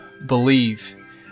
believe